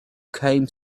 came